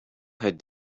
had